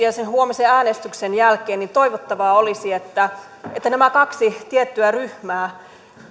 ja sen huomisen äänestyksen jälkeen tietysti toivottavaa olisi että että nämä kaksi tiettyä ryhmää